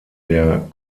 der